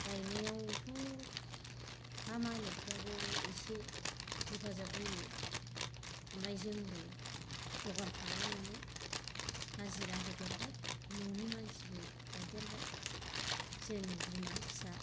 गायनायावथ हा मालिकफ्राबो इसे हेफाजाब होयो ओमफ्राय जोंबो जगार खालामनानै हाजिरा होदेरबाय न'नि मानसिबो गायदेरबाय जों बिमा फिसा